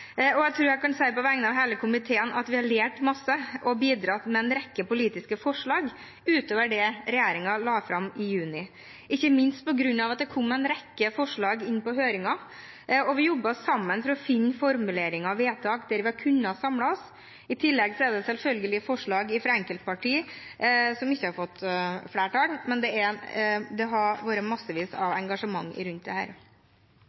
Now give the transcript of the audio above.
og jeg tror jeg kan si på vegne av hele komiteen at vi har lært masse og bidratt med en rekke politiske forslag ut over det regjeringen la fram i juni. Det var ikke minst på grunn av at det kom en rekke forslag under høringen, og vi jobbet sammen for å finne formuleringer og vedtak der vi har kunnet samlet oss. I tillegg er det selvfølgelig forslag fra enkeltparti som ikke har fått flertall, men det har vært massevis av engasjement rundt dette. Det